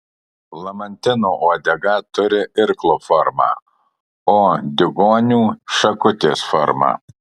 lamantino uodega turi irklo formą o diugonių šakutės formą